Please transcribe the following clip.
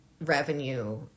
revenue